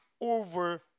over